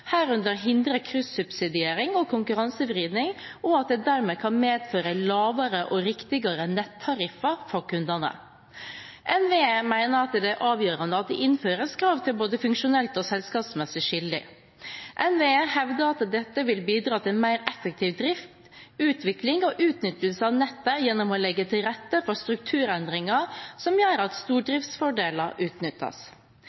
herunder hindre kryssubsidiering og konkurransevridning, og at det dermed kan medføre lavere og riktigere nettariffer for kundene. NVE mener at det er avgjørende at det innføres krav til både funksjonelt og selskapsmessig skille. NVE hevder at dette vil bidra til mer effektiv drift, utvikling og utnyttelse av nettet gjennom å legge til rette for strukturendringer som gjør at